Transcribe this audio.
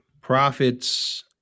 profits